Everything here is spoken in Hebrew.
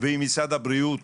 ועם משרד הבריאות.